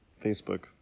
Facebook